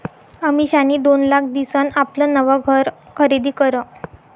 अमिषानी दोन लाख दिसन आपलं नवं घर खरीदी करं